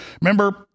Remember